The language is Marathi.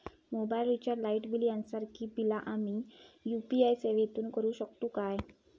मोबाईल रिचार्ज, लाईट बिल यांसारखी बिला आम्ही यू.पी.आय सेवेतून करू शकतू काय?